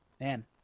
Man